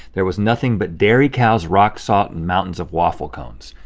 there was nothing but dairy cows, rock salt, and mountains of waffle cones.